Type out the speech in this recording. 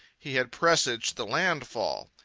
he had presaged the landfall.